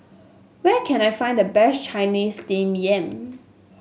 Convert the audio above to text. where can I find the best Chinese Steamed Yam